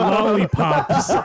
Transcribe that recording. Lollipops